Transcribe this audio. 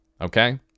okay